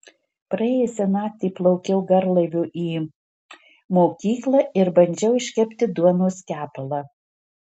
praėjusią naktį plaukiau garlaiviu į mokyklą ir bandžiau iškepti duonos kepalą